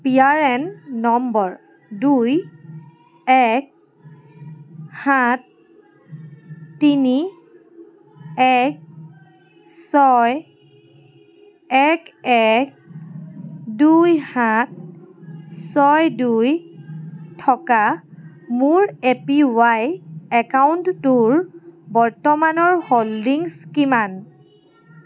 P R N number দুই এক সাত তিনি এক ছয় এক এক দুই সাত ছয় দুই থকা মোৰ এ পি ৱাই একাউণ্টটোৰ বৰ্তমানৰ হোল্ডিংছ কিমান